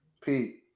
Pete